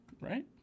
Right